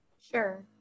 Sure